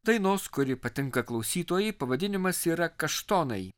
dainos kuri patinka klausytojui pavadinimas yra kaštonai